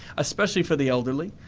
especially for the elderly.